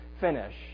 finish